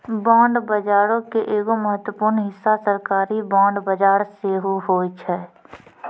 bond बजारो के एगो महत्वपूर्ण हिस्सा सरकारी बांड बजार सेहो होय छै